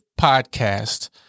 podcast